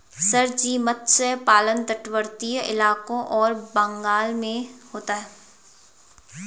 sir ji मत्स्य पालन तटवर्ती इलाकों और बंगाल में होता है